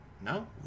No